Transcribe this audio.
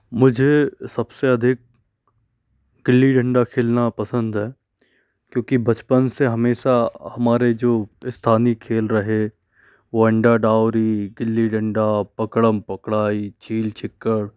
मुझे सब से अधिक गिल्ली डंडा खेलना पसंद है क्योंकि बचपन से हमेशा हमारे जो स्थानीय खेल रहे वो अंडा डोरी गिल्ली डंडा पकड़म पकड़ाई छील छिक्क्ड़